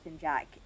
Jack